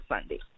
Sunday